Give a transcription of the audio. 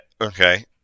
Okay